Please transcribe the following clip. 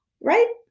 right